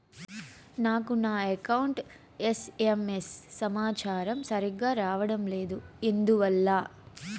నాకు నా account SMS సమాచారము సరిగ్గా రావడం లేదు ఎందువల్ల?